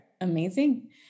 Amazing